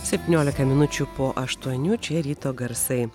septyniolika minučių po aštuonių čia ryto garsai